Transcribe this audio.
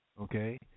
okay